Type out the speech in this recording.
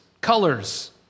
colors